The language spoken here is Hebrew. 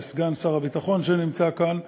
וסגן שר הביטחון שנמצא כאן.